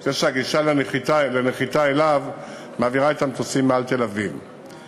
זה שהגישה לנחיתה אליו מעבירה את המטוסים מעל תל-אביב,